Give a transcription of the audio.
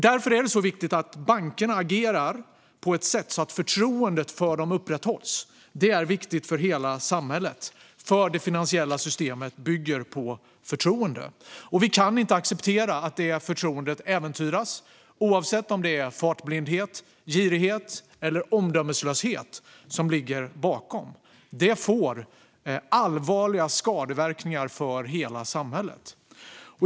Därför är det viktigt att bankerna agerar på ett sätt så att förtroendet för dem upprätthålls. Det är viktigt för hela samhället, för det finansiella systemet bygger på förtroende. Vi kan inte acceptera att detta förtroende äventyras, oavsett om det är fartblindhet, girighet eller omdömeslöshet som ligger bakom. Det får allvarliga skadeverkningar för hela samhället.